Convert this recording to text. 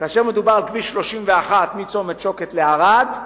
כאשר דובר על כביש 31 מצומת שוקת לערד,